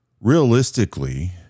Realistically